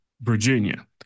Virginia